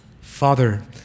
Father